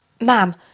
Ma'am